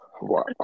Wow